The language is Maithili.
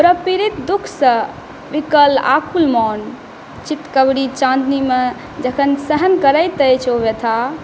प्रपीड़ित दुखसए बिकल आकुल मोन चितकबरी चांदनीमे जखन सहन करैत अछि ओ व्यथा